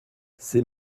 ses